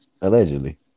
allegedly